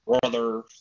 brother